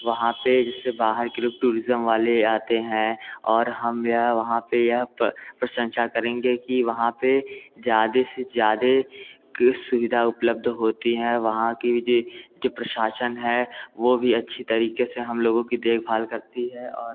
वहाँ पर इस से बाहर के टूरिज़म वाले आते हैं और हम जो है वहाँ पर यह प्रशंसा करेंगे कि वहाँ पर ज़्यादा से ज़्यादा की सुविधा उपलब्ध होती है वहाँ क्योंकि जो प्रशासन है वो भी अच्छी तरीक़े से हम लोगों की देखभाल करती है और हम